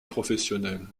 professionnel